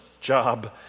job